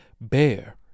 bear